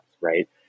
right